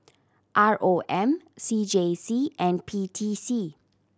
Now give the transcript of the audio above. R O M C J C and P T C